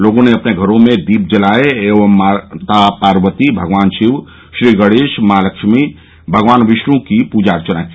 लोगों ने अपने घरो में दीप जलाए एवं मॉ पार्वती भगवान शिव श्रीगणेश मॉ लक्ष्मी भगवान विष्णु की पूजा अर्चना की